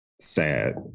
sad